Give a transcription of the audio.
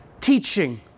teaching